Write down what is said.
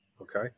okay